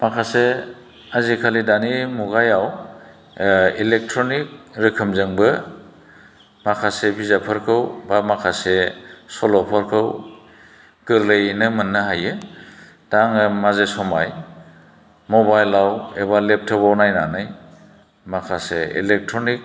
माखासे आजिखालि दानि मुगायाव इलेकट्र'निक रोखोमजोंबो माखासे बिजाबफोरखौ एबा माखासे सल'फोरखौ गोरलैयैनो मोननो हायो दा आङो माजे समाय मबाइलआव एबा लेपट'पआव नायनानै माखासे इलेकट्र'निक